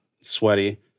sweaty